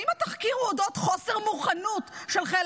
האם התחקיר הוא אודות חוסר מוכנות של חיל